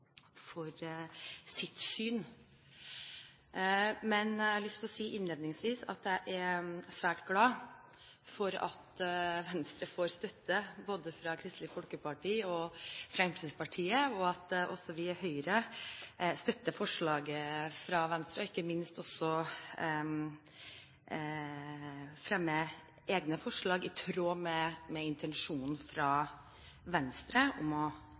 for sitt syn, men jeg har lyst til å si innledningsvis at jeg er svært glad for at Venstre får støtte fra både Kristelig Folkeparti, Fremskrittspartiet og Høyre – og ikke minst at vi sammen fremmer egne forslag i tråd med intensjonen fra Venstre om å